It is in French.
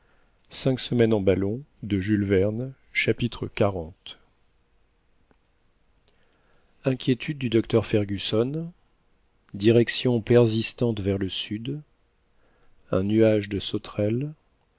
chapitre xl inquiétudes du docteur fergusson direction persistante vers le sud un nuage de sauterelles